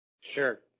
Sure